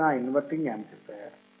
ఇది నా inverting amplifier